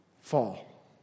fall